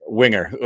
winger